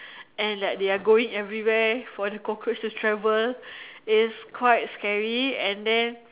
and that they are going everywhere for the cockroach to travel it's quite scary and then